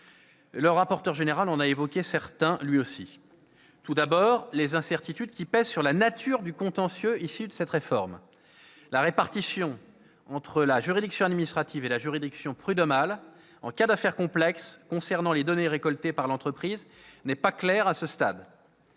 le rapporteur général en a également évoqué quelques-uns. Tout d'abord, je pense aux incertitudes qui pèsent sur la nature du contentieux issu de cette réforme. La répartition entre la juridiction administrative et la juridiction prud'homale en cas d'affaires complexes concernant les données récoltées par l'entreprise n'est pas claire. Ensuite,